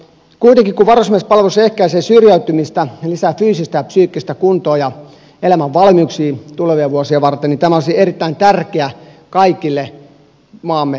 kuitenkin kun varusmiespalvelus ehkäisee syrjäytymistä lisää fyysistä ja psyykkistä kuntoa ja elämän valmiuksia tulevia vuosia varten tämä olisi erittäin tärkeä kaikille maamme nuorille